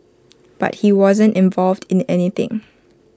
but he wasn't involved in anything